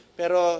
pero